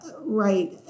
right